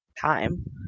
time